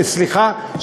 סליחה,